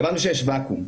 ידענו שיש ואקום.